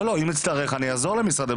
לא, אם אני אצטרך, אני אעזור למשרד הבריאות.